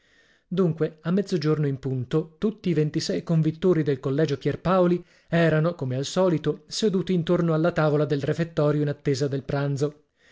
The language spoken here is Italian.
dunque a mezzogiorno in punto tutti i ventisei convittori del collegio pierpaoli erano come al solito seduti intorno alla tavola del refettorio in attesa del pranzo